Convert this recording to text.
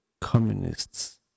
communists